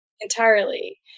entirely